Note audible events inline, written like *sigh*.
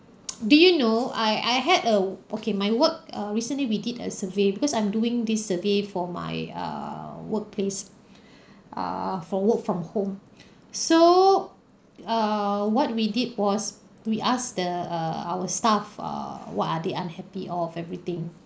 *noise* do you know I I had a okay my work err recently we did a survey because I'm doing this survey for my err workplace *breath* err for work from home *breath* so err what we did was we asked the err our staff err what are they unhappy out of everything